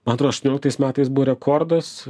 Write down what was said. man atrodo aštuonioliktais metais buvo rekordas